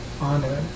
honor